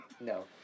No